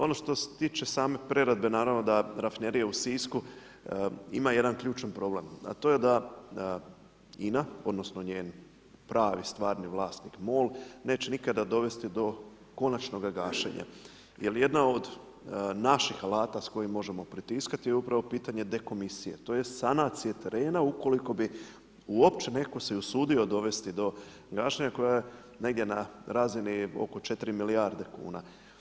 Ono što se tiče same prerade, naravno da rafinerija u Sisku ima jedan ključan problem a to je da INA odnosno njen pravi, stvarni vlasnik MOL neće nikada dovesti do konačnoga gašenja jer jedna od naših alata s kojim možemo pritiskati je upravo pitanje dekomisije, tj. sanacije terena ukoliko bi uopće netko se i usudio dovesti do gašenja koje je negdje na razini oko 4 milijarde kuna.